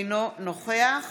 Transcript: אינו נוכח